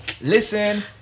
Listen